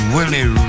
Willie